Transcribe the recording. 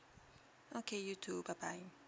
okay you too bye bye